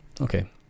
okay